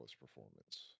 performance